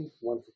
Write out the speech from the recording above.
one